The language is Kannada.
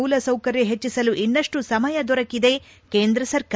ಮೂಲಸೌಕರ್ಯ ಹೆಚ್ಚಿಸಲು ಇನ್ನಷ್ಟು ಸಮಯ ದೊರಕಿದ ಕೇಂದ್ರ ಸರ್ಕಾರ